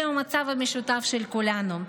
זה מצב המשותף של כולנו,